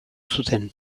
zuten